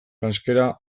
janzkera